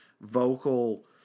vocal